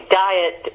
diet